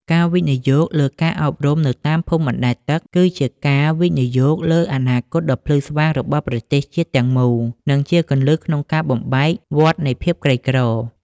ការវិនិយោគលើការអប់រំនៅតាមភូមិបណ្តែតទឹក គឺជាការវិនិយោគលើអនាគតដ៏ភ្លឺស្វាងរបស់ប្រទេសជាតិទាំងមូល និងជាគន្លឹះក្នុងការបំបែកវដ្តនៃភាពក្រីក្រ។